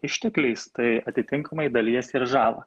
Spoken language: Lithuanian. ištekliais tai atitinkamai dalijasi ir žalą